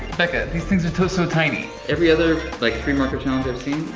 becca, these things are so, so tiny. every other like three marker challenge i've seen,